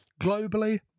globally